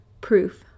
proof